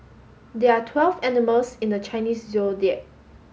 there are twelve animals in the Chinese Zodiac